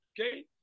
Okay